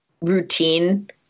routine